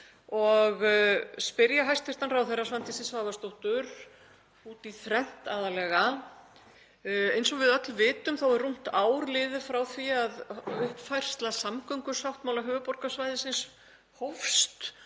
og spyrja hæstv. ráðherra Svandísi Svavarsdóttur út í þrennt aðallega. Eins og við öll vitum er rúmt ár liðið frá því að uppfærsla samgöngusáttmála höfuðborgarsvæðisins hófst